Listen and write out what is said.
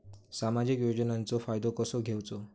सामाजिक योजनांचो फायदो कसो घेवचो?